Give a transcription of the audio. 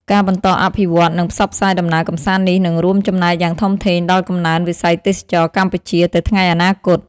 ការបន្តអភិវឌ្ឍ និងផ្សព្វផ្សាយដំណើរកម្សាន្តនេះ នឹងរួមចំណែកយ៉ាងធំធេងដល់កំណើនវិស័យទេសចរណ៍កម្ពុជាទៅថ្ងៃអនាគត។